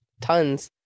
tons